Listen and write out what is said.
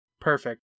Perfect